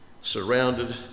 surrounded